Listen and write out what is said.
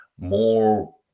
more